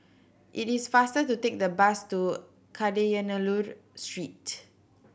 it is faster to take the bus to Kadayanallur Street